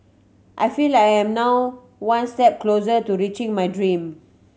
I feel like I am now one step closer to reaching my dream